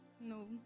No